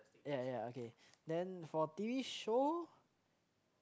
ya ya okay then for t_v show